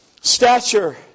stature